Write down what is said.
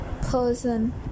person